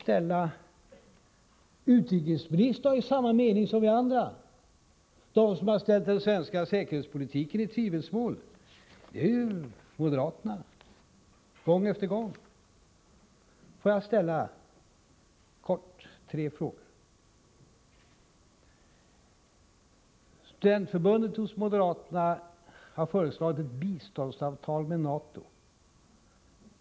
Men utrikesministern har samma mening som vi andra. De som gång efter gång har ställt den svenska säkerhetspolitiken i tvivelsmål är ju moderaterna. Låt mig ställa tre kortfattade frågor. Moderaternas studentförbund har föreslagit ett biståndsavtal med NATO.